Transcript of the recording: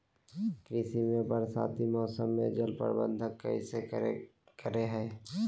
कृषि में बरसाती मौसम में जल प्रबंधन कैसे करे हैय?